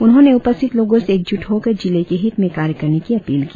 उन्होंने उपस्थित लोगों से एक जूट होकर जिले के हित में कार्य करने की अपील की